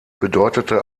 bedeutete